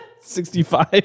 Sixty-five